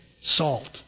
salt